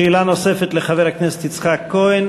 שאלה נוספת לחבר הכנסת יצחק כהן.